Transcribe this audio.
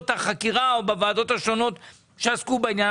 החקירה או בוועדות השונות שעסקו בעניין,